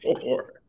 four